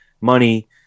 money